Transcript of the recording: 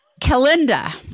Kalinda